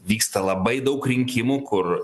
vyksta labai daug rinkimų kur